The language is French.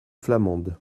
flamande